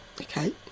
okay